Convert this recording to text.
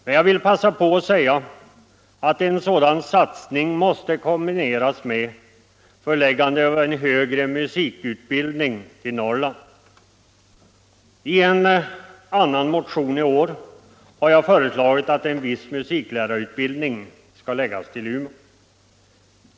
Men jag vill passa på att säga att en sådan satsning måste kombineras med förläggande av högre musikutbildning till Norrland. I en annan motion i år har jag föreslagit att viss musiklärarutbildning skall förläggas till Umeå.